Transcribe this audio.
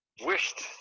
wished